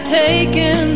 taken